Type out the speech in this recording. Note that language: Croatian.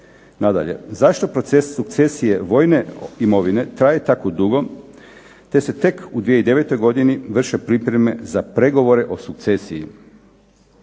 Nadalje, zašto proces sukcesije vojne imovine traje tako dugo, te se tek u 2009. godini vrše pripreme za pregovore o sukcesiji?